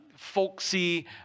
folksy